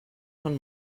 von